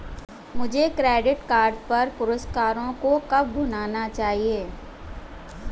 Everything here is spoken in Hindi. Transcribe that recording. मुझे क्रेडिट कार्ड पर पुरस्कारों को कब भुनाना चाहिए?